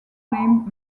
named